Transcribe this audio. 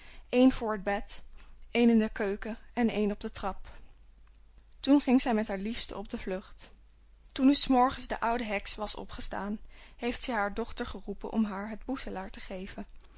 een voor het bed een in de keuken en een op de trap toen ging zij met haar liefste op de vlucht toen nu s morgens de oude heks was opgestaan heeft zij haar dochter geroepen om haar het boezelaar te geven